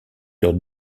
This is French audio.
sur